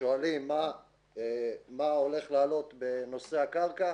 שואלים מה הולך לעלות בנושא הקרקע.